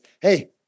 Hey